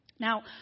Now